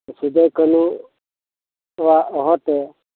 ᱥᱤᱫᱼᱠᱟᱱᱩ ᱠᱚᱣᱟᱜ ᱦᱚᱦᱚᱛᱮ